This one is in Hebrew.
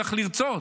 צריך לרצות.